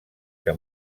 que